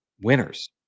winners